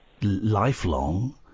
lifelong